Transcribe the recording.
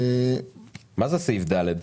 מה זה סעיף (ד)?